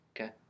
Okay